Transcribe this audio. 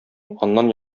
аннан